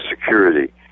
security